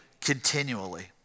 continually